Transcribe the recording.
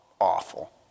awful